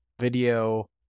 video